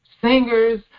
singers